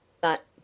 But